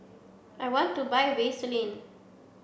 I want to buy Vaselin